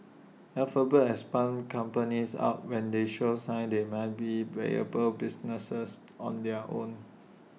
alphabet has spun companies out when they show signs they might be viable businesses on their own